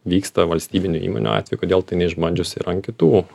vyksta valstybinių įmonių atveju kodėl tai neišbandžius ir ant kitų